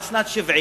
עד שנת 1970,